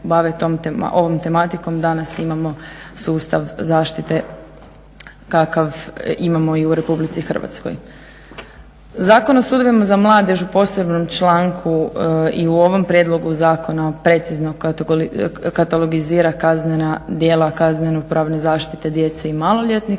bave ovom tematikom. Danas imamo sustav zaštite kakav imamo i u RH. Zakon o sudovima za mladež u posebnom članku i u ovom prijedlogu zakona precizno katalogizira kaznena djela kazeno-pravne zaštite djece i maloljetnika